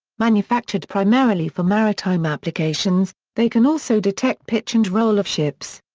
manufactured primarily for maritime applications, they can also detect pitch and roll of ships.